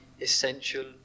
essential